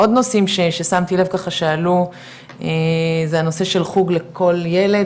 עוד נושאים ששמתי לב ככה שעלו זה הנושא של חוג לכל ילד,